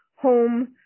home